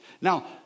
now